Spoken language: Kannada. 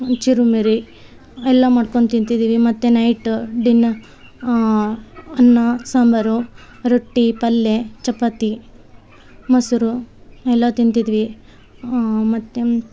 ಒನ್ ಚುರು ಮುರಿ ಎಲ್ಲ ಮಾಡ್ಕೊಂಡು ತಿಂತಿದೀವಿ ಮತ್ತು ನೈಟ ಡಿನ್ನ ಅನ್ನ ಸಾಂಬಾರು ರೊಟ್ಟಿ ಪಲ್ಯ ಚಪಾತಿ ಮೊಸರು ಎಲ್ಲ ತಿಂತಿದ್ವಿ ಮತ್ತು